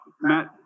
Matt